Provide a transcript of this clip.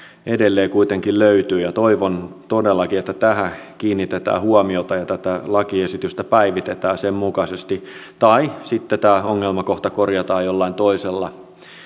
edelleen kuitenkin löytyy ja toivon todellakin että tähän kiinnitetään huomiota ja tätä lakiesitystä päivitetään sen mukaisesti tai sitten tämä ongelmakohta korjataan jollain toisella